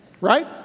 right